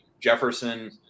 Jefferson